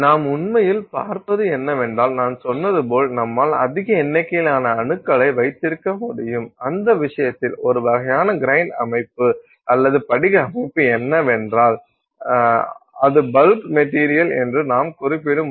நாம் உண்மையில் பார்ப்பது என்னவென்றால் நான் சொன்னது போல் நம்மால் அதிக எண்ணிக்கையிலான அணுக்களை வைத்திருக்க முடியும் அந்த விஷயத்தில் ஒரு வகையான கிரைன் அமைப்பு அல்லது படிக அமைப்பு என்ன என்றால் அது பல்க் மெட்டீரியல் என்று நாம் குறிப்பிடும் ஒன்று